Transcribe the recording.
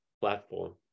platform